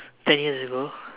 ten years ago